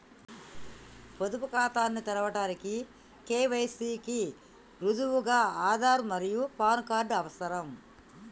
పొదుపు ఖాతాను తెరవడానికి కే.వై.సి కి రుజువుగా ఆధార్ మరియు పాన్ కార్డ్ అవసరం